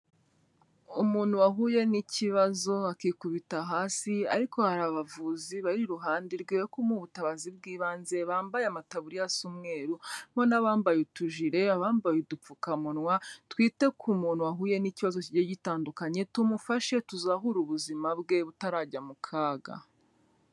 Umuntu wahuye n'ikibazo akikubita hasi, ariko hari abavuzi bari iruhande rwe, bari kumuha ubutabazi bw'ibanze, bambaye amataburiya asa umweru, harimo n'abambaye utujire, abambaye udupfukamunwa, twite ku muntu wahuye n'ikibazo kigiye gitandukanye, tumufashe tuzahure ubuzima bwe, butarajya mu kaga.